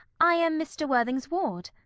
i am mr. worthing's ward.